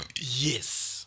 yes